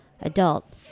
adult